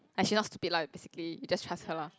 ah she not stupid lah basically you just trust her lah